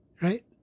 right